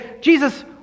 Jesus